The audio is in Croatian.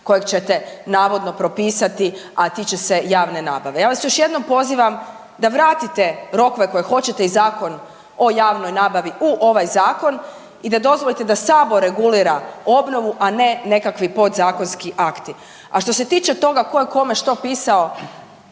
kojeg ćete navodno propisati, a tiče se javne nabave. Ja vas još jednom pozivam da vratite rokove koje hoćete i Zakon o javnoj nabavi u ovaj Zakon i da dozvolite da Sabor regulira obnovu, a ne nekakvi podzakonski akti. A što se tiče toga ko je kome što pisao,